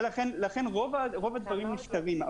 ולכן רוב הדברים נפתרים.